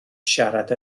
siarad